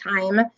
time